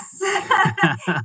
Yes